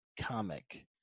comic